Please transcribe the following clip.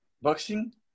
Boxing